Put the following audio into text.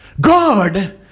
God